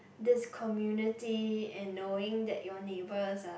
this community and knowing that your neighbours are